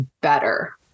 better